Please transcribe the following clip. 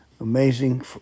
amazing